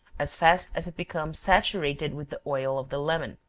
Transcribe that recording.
as fast as it becomes saturated with the oil of the lemon.